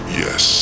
yes